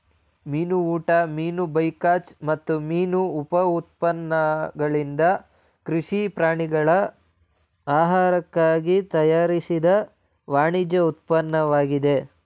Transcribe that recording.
ಮೀನು ಊಟ ಮೀನು ಬೈಕಾಚ್ ಮತ್ತು ಮೀನು ಉಪ ಉತ್ಪನ್ನಗಳಿಂದ ಕೃಷಿ ಪ್ರಾಣಿಗಳ ಆಹಾರಕ್ಕಾಗಿ ತಯಾರಿಸಿದ ವಾಣಿಜ್ಯ ಉತ್ಪನ್ನವಾಗಿದೆ